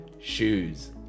shoes